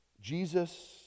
Jesus